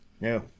No